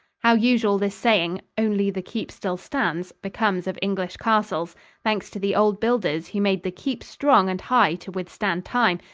how usual this saying, only the keep still stands, becomes of english castles thanks to the old builders who made the keep strong and high to withstand time,